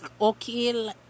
okay